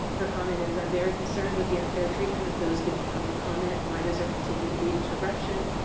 her comment is, i'm very concerned with the unfair treatment of those giving public comment. why does there continue to be interruptions?